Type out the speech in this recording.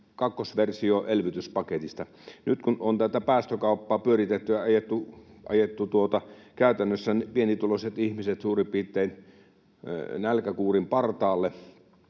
kakkosversio elvytyspaketista. Nyt kun on tätä päästökauppaa pyöritetty ja ajettu käytännössä pienituloiset ihmiset suurin piirtein nälkäkuurin partaalle,